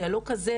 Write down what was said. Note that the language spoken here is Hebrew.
דיאלוג כזה,